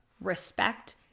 respect